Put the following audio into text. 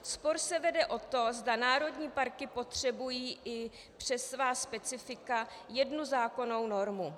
Spor se vede o to, zda národní parky potřebují i přes svá specifika jednu zákonnou normu.